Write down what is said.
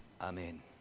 amen